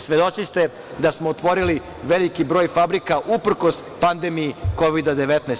Svedoci ste da smo otvorili veliki broj fabrika uprkos pandemiji Kovida 19.